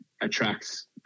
attracts